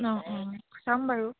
অঁ অঁ চাম বাৰু